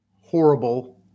horrible